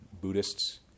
Buddhists